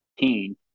18